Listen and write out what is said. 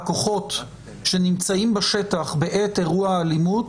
הכוחות שנמצאים בשטח בעת אירוע האלימות,